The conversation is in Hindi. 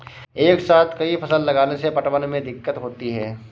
एक साथ कई फसल लगाने से पटवन में दिक्कत होती है